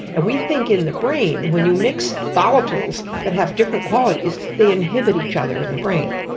and we think in the brain when you mix volatiles that have different qualities they inhibit each other in the brain,